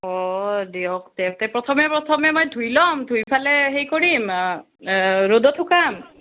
অঁ দিয়ক তে তে প্ৰথমে প্ৰথমে মই ধুই ল'ম ধুই পেলাই হেৰি কৰিম অ ৰ'দত শুকাম